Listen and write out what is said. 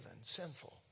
sinful